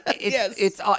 Yes